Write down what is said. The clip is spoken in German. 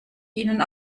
ihnen